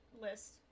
list